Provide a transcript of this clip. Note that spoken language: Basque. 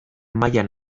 mailan